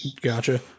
Gotcha